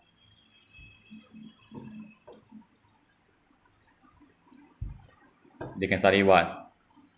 they can study [what]